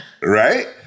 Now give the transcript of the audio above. right